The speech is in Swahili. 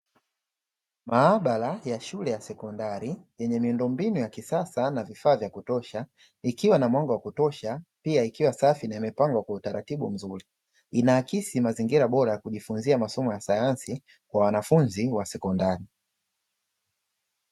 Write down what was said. Maabara ya shule ya sekondari yenye miundombinu ya kisasa na vifaa vya kutosha ikiwa na mwanga wa kutosha pia ikiwa safi na imepangwa kwa utaratibu mzuri inaakisi mazingira bora ya kujifunzia masomo ya sayansi kwa wanafunzi wa sekondari.